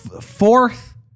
fourth